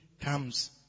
comes